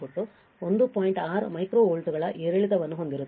6 micro ವೋಲ್ಟ್ಗಳ ಏರಿಳಿತವನ್ನು ಹೊಂದಿರುತ್ತದೆ